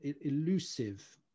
elusive